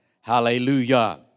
Hallelujah